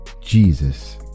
Jesus